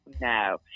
no